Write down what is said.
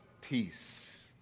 peace